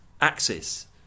axis